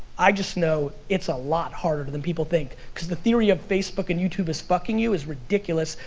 i just know it's a lot harder than people think. cause the theory of facebook and youtube is fucking you is ridiculous,